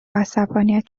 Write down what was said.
عصبانیت